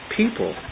people